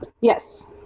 Yes